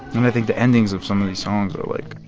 and i think the endings of some of these songs are, like,